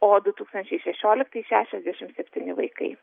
o du tūkstančiai šešioliktais šešiasdešimt septyni vaikai